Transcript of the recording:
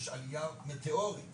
יש עלייה מטאורית